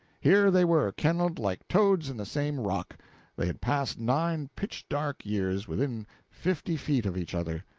here they were, kenneled like toads in the same rock they had passed nine pitch dark years within fifty feet of each other,